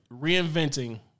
reinventing